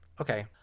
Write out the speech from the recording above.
Okay